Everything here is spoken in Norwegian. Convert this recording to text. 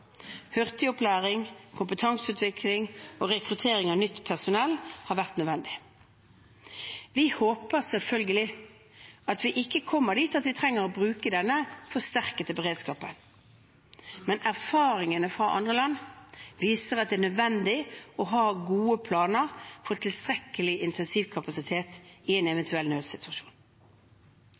Hurtig opplæring, kompetanseutvikling og rekruttering av nytt personell har vært nødvendig. Vi håper selvfølgelig at vi ikke kommer dit at vi trenger å bruke denne forsterkede beredskapen, men erfaringene fra andre land viser at det er nødvendig å ha gode planer for tilstrekkelig intensivkapasitet i en eventuell nødsituasjon.